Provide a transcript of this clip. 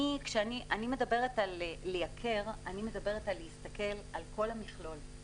כשאני מדברת על ייקור אני מתכוונת שצריך להסתכל על כל המכלול.